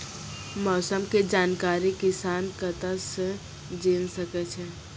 मौसम के जानकारी किसान कता सं जेन सके छै?